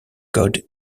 god